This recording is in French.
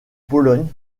pologne